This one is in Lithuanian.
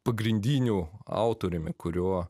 pagrindiniu autoriumi kurio